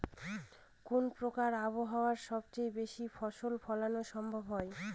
কোন প্রকার আবহাওয়ায় সবচেয়ে বেশি ফসল ফলানো সম্ভব হয়?